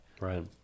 Right